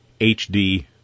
HD